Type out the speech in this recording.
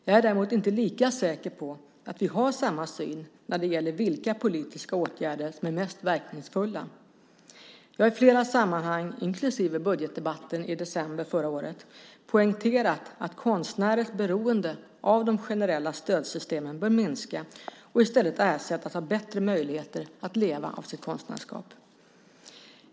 Jag är däremot inte lika säker på att vi har samma syn när det gäller vilka politiska åtgärder som är mest verkningsfulla. Jag har i flera sammanhang, inklusive budgetdebatten i december 2006, poängterat att konstnärers beroende av de generella stödsystemen bör minska och i stället ersättas av bättre möjligheter att leva av sitt konstnärskap.